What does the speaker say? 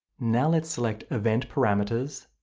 now let's select event parameters.